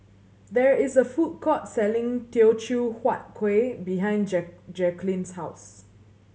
there is a food court selling Teochew Huat Kuih behind Jacquelin's house